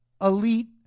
elite